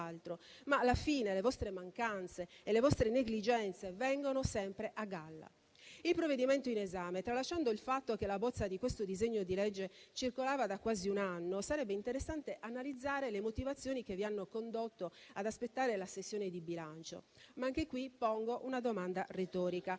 ma alla fine le vostre mancanze e le vostre negligenze vengono sempre a galla. Riguardo al provvedimento in esame, tralasciando il fatto che la bozza di questo disegno di legge circolava da quasi un anno, sarebbe interessante analizzare le motivazioni che vi hanno condotto ad aspettare la sessione di bilancio, ma anche qui pongo una domanda retorica: